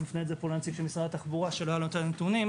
אני מפנה את זה לנציג משרד התחבורה שלו היו לו יותר נתונים,